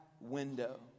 window